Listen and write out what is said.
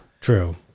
True